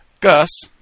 Gus